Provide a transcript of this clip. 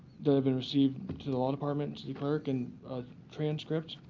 that have been received to the law department to the clerk and a transcript.